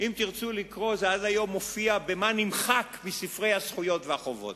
זה עד היום מופיע ב"מה נמחק מספרי הזכויות החובות".